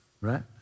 right